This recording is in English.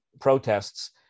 protests